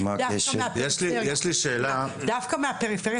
דווקא מהפריפריה